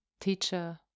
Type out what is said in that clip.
teacher